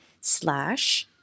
slash